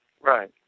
Right